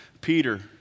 Peter